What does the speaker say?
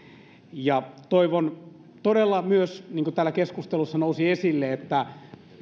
toivon todella niin kuin täällä keskustelussa nousi esille että